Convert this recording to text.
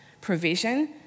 provision